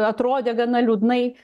atrodė gana liūdnai